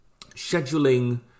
scheduling